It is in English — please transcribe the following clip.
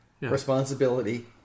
Responsibility